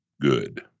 good